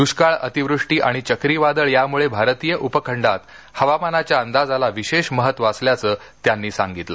द्रष्काळ अतिवृष्टी आणि चक्रीवादळ यामुळे भारतीय उपखंडात हवामानाच्या अंदाजाला विशेष महत्व असल्याचं त्यांनी सांगितलं